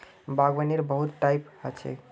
बागवानीर बहुत टाइप ह छेक